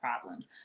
problems